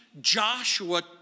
Joshua